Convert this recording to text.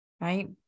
Right